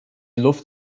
luft